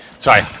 Sorry